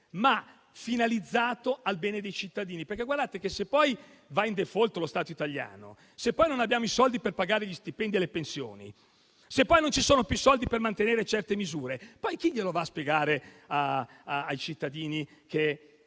ma finalizzato al bene dei cittadini. Se poi va in *default* lo Stato italiano; se non abbiamo i soldi per pagare gli stipendi e le pensioni; se poi non ci sono più soldi per mantenere certe misure, chi glielo va a spiegare ai cittadini che